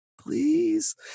please